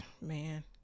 man